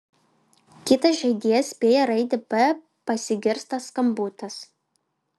kitas žaidėjas spėja raidę p pasigirsta skambutis